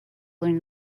learn